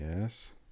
Yes